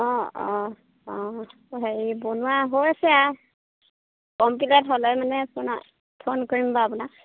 অঁ অঁ অঁ হেৰি বনোৱা হৈ আছে আৰু কমপিলত হ'লে মানে আপোনাক ফোন কৰিম বাৰু আপোনাক